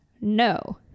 no